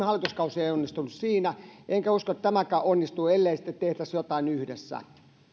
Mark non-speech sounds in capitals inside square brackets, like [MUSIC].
[UNINTELLIGIBLE] hallituskausi ei onnistunut siinä enkä usko että tämäkään onnistuu ellei sitten tehtäisi jotain yhdessä